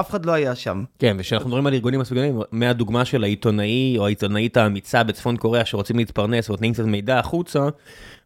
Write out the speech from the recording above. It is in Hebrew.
אף אחד לא היה שם. כן וכשאנחנו מדברים על ארגונים מסוגלים מהדוגמה של העיתונאי או העיתונאית האמיצה בצפון קוריאה שרוצים להתפרנס ונותנים קצת מידע החוצה,